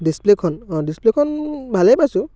ডিস্প্লে'খন অ' ডিস্প্লে'খন ভালে পাইছোঁ